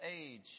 age